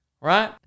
right